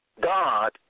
God